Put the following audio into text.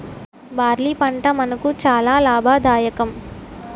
barley పంట మనకు చాలా లాభదాయకం